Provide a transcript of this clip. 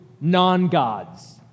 non-gods